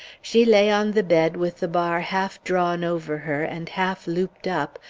she lay on the bed with the bar half-drawn over her, and half-looped up,